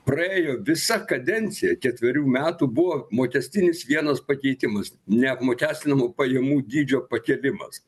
praėjo visa kadencija ketverių metų buvo mokestinis vienas pakeitimas neapmokestinamų pajamų dydžio pakėlimas